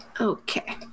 Okay